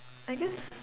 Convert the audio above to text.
I guess